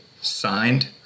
signed